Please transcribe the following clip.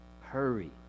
Hurry